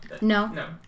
No